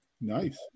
Nice